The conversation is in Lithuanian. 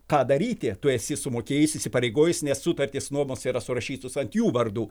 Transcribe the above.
ką daryti tu esi sumokėjus įsipareigojus nes sutartis nuomos yra surašytus ant jų vardų